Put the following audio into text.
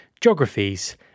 geographies